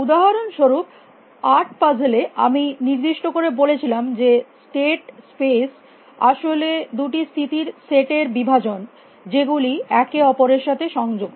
উদাহরণস্বরূপ আট পাজেল এ আমি নির্দিষ্ট করে বলেছিলাম যে স্টেট স্পেস আসলে দুটি স্থিতির সেট এর বিভাজন যেগুলি একে অপরের সাথে সংযুক্ত